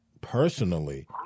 personally